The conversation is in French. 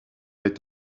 est